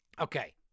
Okay